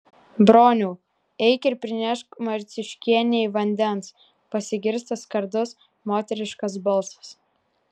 broniau eik ir prinešk marciuškienei vandens pasigirsta skardus moteriškas balsas